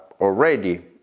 already